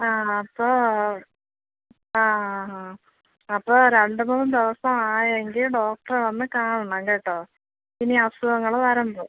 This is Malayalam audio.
ആ അപ്പോൾ ആ ആ ആ അപ്പോൾ രണ്ട് മൂന്ന് ദിവസം ആയെങ്കിൽ ഡോക്ടറെ ഒന്ന് കാണണം കേട്ടോ ഇനി അസുഖങ്ങൾ വരുമ്പോൾ